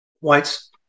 whites